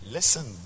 Listen